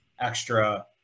extra